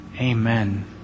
Amen